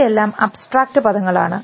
ഇവയെല്ലാം അബ്സ്ട്രാക്റ്റ് പദങ്ങളാണ്